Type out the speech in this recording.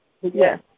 Yes